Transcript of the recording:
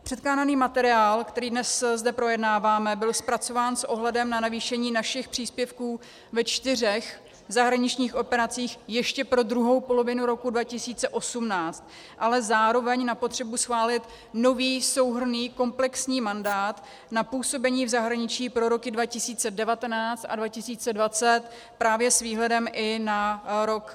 Předkládaný materiál, který dnes zde projednáváme, byl zpracován s ohledem na navýšení našich příspěvků ve čtyřech zahraničních operacích ještě pro druhou polovinu roku 2018, ale zároveň na potřebu schválit nový souhrnný komplexní mandát na působení v zahraničí pro roky 2019 a 2020 právě s výhledem i na rok 2021.